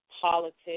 politics